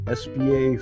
sba